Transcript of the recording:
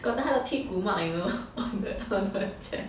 got the 它的屁股 mark you know on the on the chair